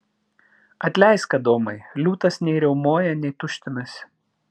atleisk adomai liūtas nei riaumoja nei tuštinasi